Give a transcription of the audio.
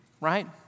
Right